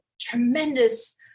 tremendous